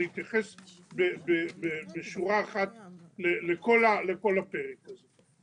אני רוצה להתייחס בשורה אחת לכל הפרק הזה.